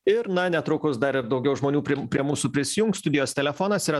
ir na netrukus dar ir daugiau žmonių prie mūsų prisijungs studijos telefonas yra